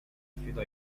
affidò